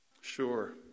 Sure